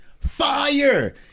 Fire